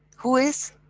who is?